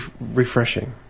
refreshing